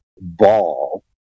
ball